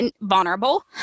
vulnerable